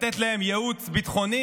או לתת להם ייעוץ ביטחוני?